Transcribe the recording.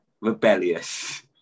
rebellious